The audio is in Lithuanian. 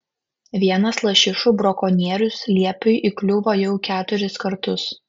vienas lašišų brakonierius liepiui įkliuvo jau keturis kartus